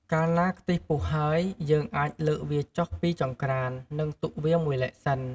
កាលណាខ្ទិះពុះហើយ យើងអាចលើកវាចុះពីចង្រ្កាន និងទុកវាមួយឡែកសិន។